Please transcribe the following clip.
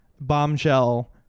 bombshell